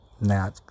now